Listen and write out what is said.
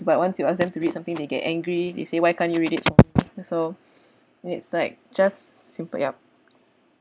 but once you ask them to read something they get angry they say why can't you read it so it's like just simple yup